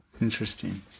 Interesting